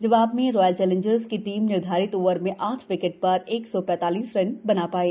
जवाब में Royal Challengers की टीम निर्धारित ओवरों में आठ विकेट र एक सौ ौंतालीस रन बना ायी